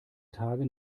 tage